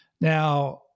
Now